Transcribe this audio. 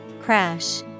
Crash